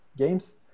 Games